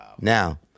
Now